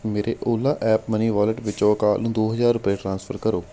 ਮੇਰੇ Ola app money wallet ਵਿੱਚੋਂ ਅਕਾਲ ਨੂੰ ਦੋ ਹਜ਼ਾਰ ਰੁਪਏ ਟ੍ਰਾਂਸਫਰ ਕਰੋ